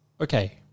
okay